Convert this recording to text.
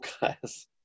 guys